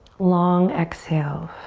long exhale.